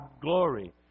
glory